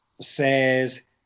says